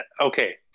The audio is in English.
Okay